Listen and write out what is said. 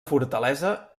fortalesa